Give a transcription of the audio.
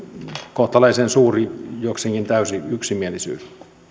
kohtalaisen suuri jokseenkin täysi yksimielisyys